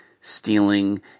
stealing